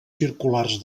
circulars